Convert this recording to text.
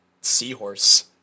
seahorse